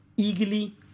Eagerly